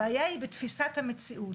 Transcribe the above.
הבעיה היא בתפיסת המציאות.